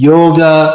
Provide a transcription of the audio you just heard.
Yoga